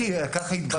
בבקשה.